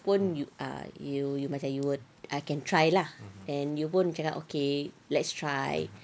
pun you ah you macam you I can try lah and you pun cakap ah okay let's try